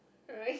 right